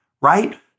right